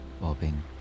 bobbing